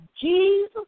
Jesus